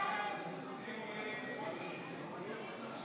הסתייגות 17 לא נתקבלה.